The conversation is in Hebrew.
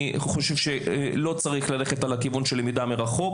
אני חושב שלא צריך ללכת לכיוון של למידה מרחוק.